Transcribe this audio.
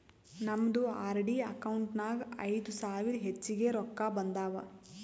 ನಮ್ದು RD account ನಾಗ್ ಐಯ್ದ ಸಾವಿರ ಹೆಚ್ಚಿಗೆ ರೊಕ್ಕಾ ಬಂದಾವ್